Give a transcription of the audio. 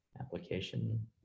application